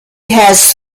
has